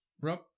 Rob